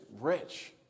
rich